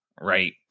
right